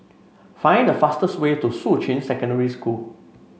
find the fastest way to Shuqun Secondary School